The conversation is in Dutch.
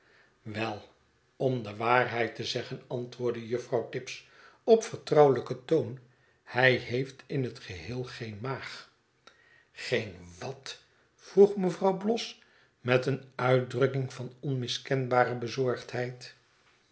wei om de waarheid te zeggen antwoordde juffrouw tibbs op vertrouwelijken toon hij heeft in het geheel geen maag geen wat vroeg mevrouw bloss met een uitdrukking van onmiskenbare bezorgdheid